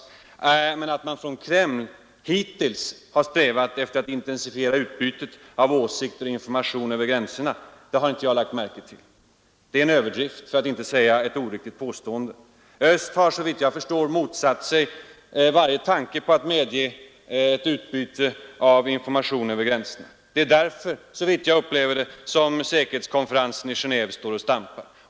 Men att man från Kreml hittills har strävat efter att intensifiera utbytet av åsikter och information mellan öst och väst har jag inte lagt märke till. Det är en överdrift, för att inte säga ett oriktigt påstående. Öst har såvitt jag förstår motsatt sig varje tanke på att medge ett utbyte av information över gränserna. Det är därför som — så upplever jag det — säkerhetskonferensen i Genéve står och stampar.